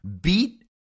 beat